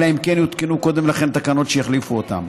אלא אם כן יותקנו קודם לכן תקנות שיחליפו אותם.